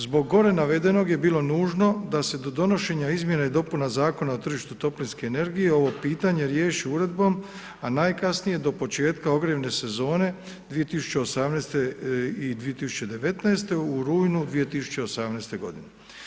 Zbog gore navedenog je bilo nužno da se do donošenja izmjena i dopuna Zakona o tržištu toplinske energije ovo pitanje riješi uredbom, a najkasnije do početka ogrjevne sezone 2018. i 2019. u rujnu 2018. godine.